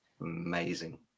amazing